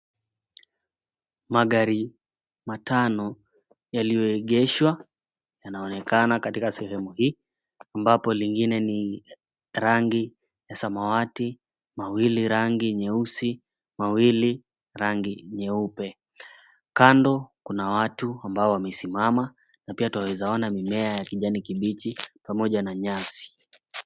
Magari matano yaliyoegeshwa yanaonekana katika sehemu hii ambapo lingine ni rangi ya samawati, mawili rangi nyeusi, mawili ni rangi nyeupe, kando kuna watu ambao wamesimama na pia twaeza ona mimea ya kijani kibichi pamoja na nyasi.